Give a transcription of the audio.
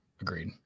Agreed